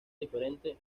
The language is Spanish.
diferente